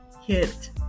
hit